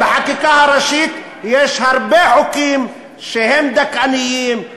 בחקיקה הראשית יש הרבה חוקים שהם דכאניים,